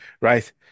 Right